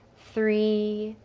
three,